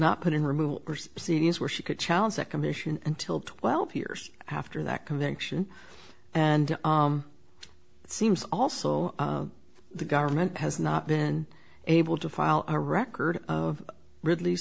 not put in removal proceedings where she could challenge that commission until twelve years after that conviction and it seems also the government has not been able to file a record of ridley